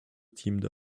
teamed